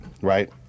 right